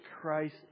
Christ